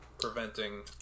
preventing